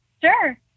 Sure